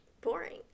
boring